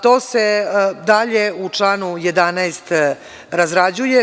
To se dalje u članu 11. razrađuje.